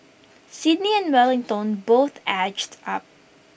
Sydney and Wellington both edged up